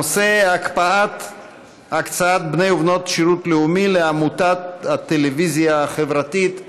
הנושא: הקפאת הקצאת בני ובנות שירות לאומי לעמותת הטלוויזיה החברתית.